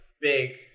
big